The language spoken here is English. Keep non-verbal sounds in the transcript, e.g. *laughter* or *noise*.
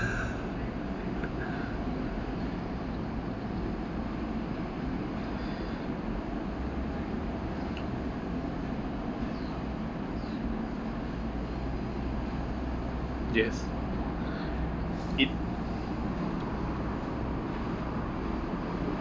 *breath* yes it